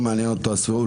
לא מעניינת אותם הסבירות,